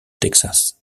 texas